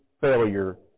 failure